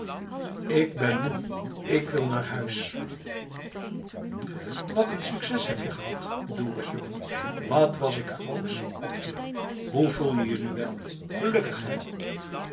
k ben moe k wil naar huis wat een succes heb je gehad dorus jongen wat was ik grootsch op je hoe voel je je nu wel gelukkig hè